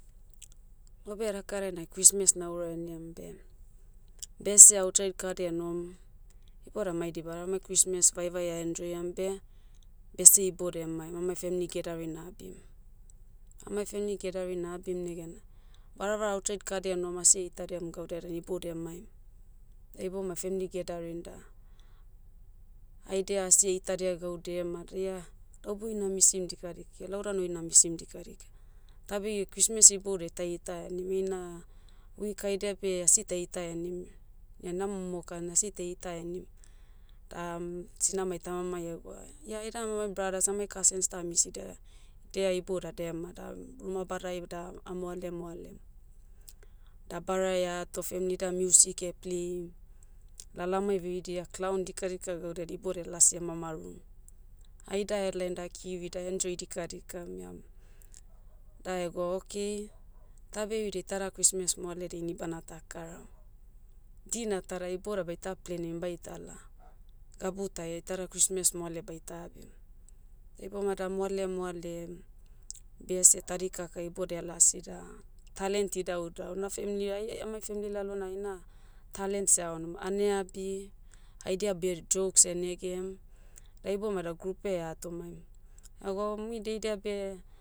Laube daka dainai christmas nauraheniam beh, bese outside kadia enohom, ibouda mai dibada amai christmas vaevae ah enjoy'am beh, bese ibodie emaim amai family gathering abim. Amai family gathering abim negena, varavara outside kadia enohom asi aitadiam gaudia dan iboudia emaim. Da ibomai family gathering da, haidia asi eitadia gaudia madi ia, laube oi na misim dika dik ia lau dan oi na misim dika dik. Tabi, christmas iboudia taheita henim ina, week haidia beh asi taheita henim. Ia na momokan asi taheita henim. sinamai tamamai egwa, ia aidan amai bradas amai kasens da amisida, dea ibodia dema da, rumabadai da, ah moale moalem. Dabarai ato femli da music pleim, lalamai veridia clown dika dika gaudia de ibodia elasi mamarum. Aida ahelaim da kiri da enjoy dika dikam iam- da egwa okay, tabe eridei tada christmas moaledia inibana takaram. Dina ta da iboda baita plenim baita la, gabu tai etada christmas moale baita abim. Da ibomai da moale moalem, bese tadi kaka ibodia elasi da, talent idauidau. Na femli ai e- emai family lalonai ina, talent seaonum. Aneabi, haidia beh jokes enegem, da iboumai da grupia eatomaim. Ega o mui daidia beh,